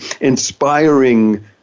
inspiring